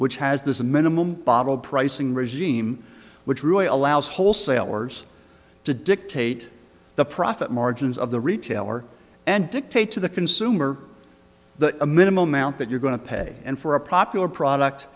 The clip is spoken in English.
which has this minimum bottle pricing regime which really allows wholesalers to dictate the profit margins of the retailer and dictate to the consumer the a minimal amount that you're going to pay and for a popular product